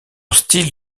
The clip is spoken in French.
style